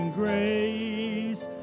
grace